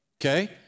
Okay